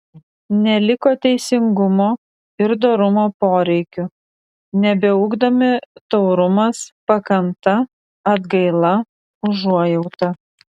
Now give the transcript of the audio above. neliko teisingumo ir dorumo poreikių nebeugdomi taurumas pakanta atgaila užuojauta